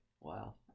wow